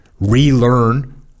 relearn